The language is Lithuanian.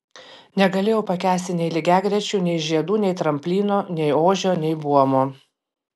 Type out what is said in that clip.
negalėjau pakęsti nei lygiagrečių nei žiedų nei tramplino nei ožio nei buomo